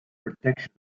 protection